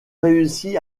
réussit